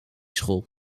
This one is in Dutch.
school